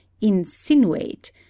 Insinuate